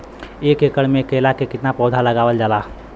एक एकड़ में केला के कितना पौधा लगावल जाला?